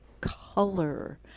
color